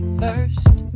first